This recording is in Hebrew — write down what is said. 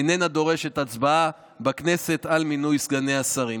איננה דורשת הצבעה בכנסת, על מינוי סגני השרים.